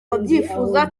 babyifuza